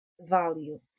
value